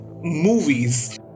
movies